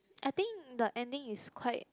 I think the ending is quite